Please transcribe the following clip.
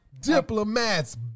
Diplomats